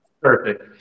Perfect